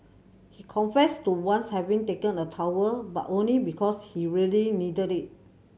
he confessed to once having taken a towel but only because he really needed it